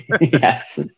Yes